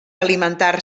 alimentar